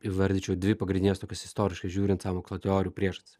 įvardyčiau dvi pagrindines tokias istoriškai žiūrint sąmokslo teorijų priežastis